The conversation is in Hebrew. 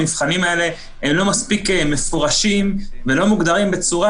המבחנים האלה לא מספיק מפורשים ולא מוגדרים בצורה